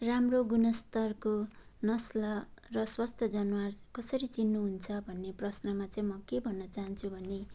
राम्रो गुणस्तरको नस्ल र स्वस्थ जनावर कसरी चिन्नुहुन्छ भन्ने प्रश्नमा चाहिँ म के भन्न चाहन्छु भने